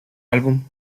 álbum